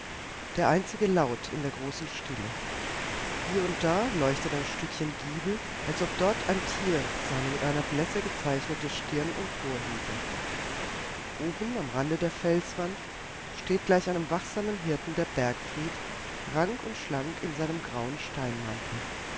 der einzige laut in der großen stille hier und da leuchtet ein stückchen giebel als ob dort ein tier seine mit einer blässe gezeichnete stirn emporhübe oben am rande der felswand steht gleich einem wachsamen hirten der bergfried rank und schlank in seinem grauen